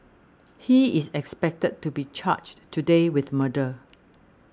he is expected to be charged today with murder